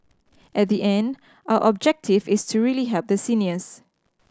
at the end our objective is really help the seniors